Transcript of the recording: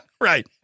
Right